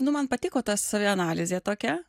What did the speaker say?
nu man patiko ta savianalizė tokia